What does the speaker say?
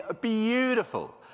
beautiful